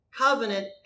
covenant